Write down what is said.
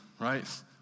right